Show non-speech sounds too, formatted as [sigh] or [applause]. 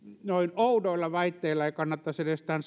noin oudoilla väitteillä ei kannattaisi edes tämän [unintelligible]